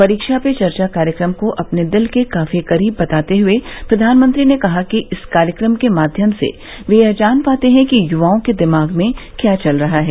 परीक्षा पे चर्चा कार्यक्रम को अपने दिल के काफी करीब बताते हुए प्रधानमंत्री ने कहा कि इस कार्यक्रम के माध्यम से वे यह जान पाते हैं कि य्वाओं के दिमाग में क्या चल रहा है